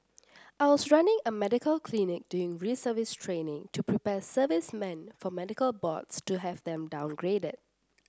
I was running a medical clinic during reservist training to prepare servicemen for medical boards to have them downgraded